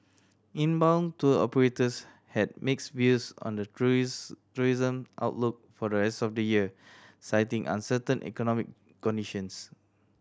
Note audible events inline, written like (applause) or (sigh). inbound tour operators had mixed views on the (unintelligible) tourism outlook for the rest of the year citing uncertain economic conditions